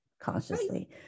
consciously